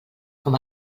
com